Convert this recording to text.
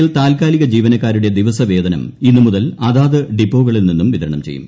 യിൽ താത്കാലിക ജീവനക്കാരുടെ ദിവസവേതനം ഇന്നുമുതൽ അതാത് ഡിപ്പോകളിൽ നിന്നും വിതരണം ചെയ്യും